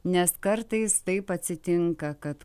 nes kartais taip atsitinka kad